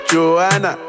Joanna